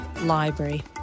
library